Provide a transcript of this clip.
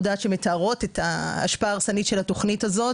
דעת שמתארות את ההשפעה ההרסנית של התוכנית הזאת.